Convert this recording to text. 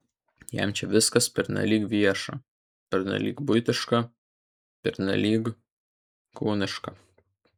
jam čia viskas pernelyg vieša pernelyg buitiška pernelyg kūniška